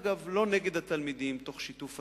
אגב, לא נגד התלמידים אלא תוך שיתוף התלמידים.